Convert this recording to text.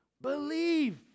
believe